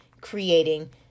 creating